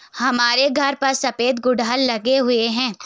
हमारे घर पर सफेद गुड़हल लगे हुए हैं